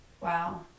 Wow